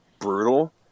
brutal